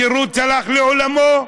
התירוץ הלך לעולמו,